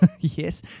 Yes